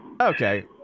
Okay